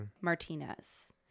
Martinez